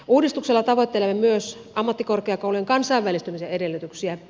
uudistuksella tavoittelemme myös ammattikorkeakoulujen kansainvälistymisen edellytyksiä